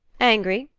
angry?